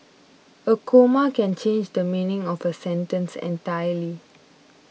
a comma can change the meaning of a sentence entirely